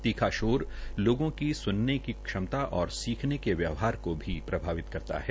तीखा शशौर लोगों की सुनने की क्षमता और सीखने व्यवहार को भी प्रभावित करता है